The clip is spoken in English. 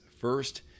First